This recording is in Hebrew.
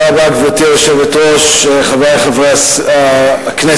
גברתי היושבת-ראש, תודה רבה, חברי חברי הכנסת,